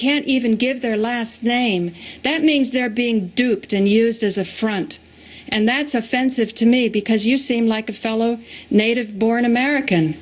can't even give their last name that means they're being duped and used as a front and that's offensive to me because you seem like a fellow native born american